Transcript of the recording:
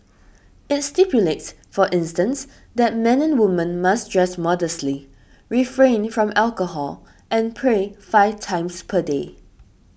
it stipulates for instance that men and women must dress modestly refrain from alcohol and pray five times per day